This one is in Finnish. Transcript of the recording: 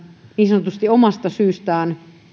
niin sanotusti omasta syystään